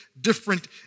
different